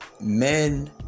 men